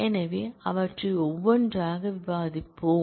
எனவே அவற்றை ஒவ்வொன்றாக விவாதிப்போம்